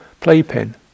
playpen